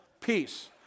peace